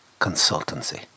consultancy